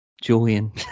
Julian